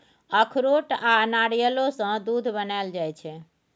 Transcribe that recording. अखरोट आ नारियलो सँ दूध बनाएल जाइ छै